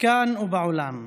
כאן ובעולם,